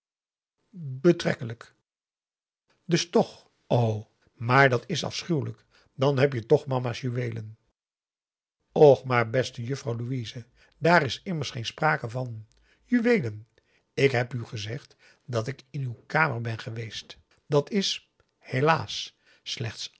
betrekkelijk dus toch o maar dat is afschuwelijk dan heb je toch mama's juweelen och maar beste juffrouw louise daar is immers geen sprake van juweelen ik heb u gezegd dat ik in uw kamer ben geweest dat is helaas slechts